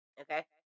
Okay